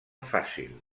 fàcil